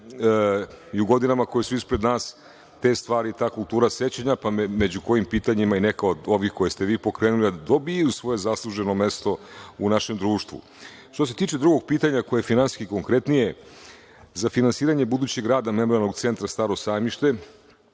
i u godinama koje su ispred nas te stvari, ta kultura sećanja, među kojim pitanjima je i ovo neko koje ste vi pokrenuli, da dobiju svoje zasluženo mesto u našem društvu. Što se tiče drugog pitanja koje je finansijski konkretnije, za finansiranje budućeg rada Memorijalnog centra „Staro sajmište“,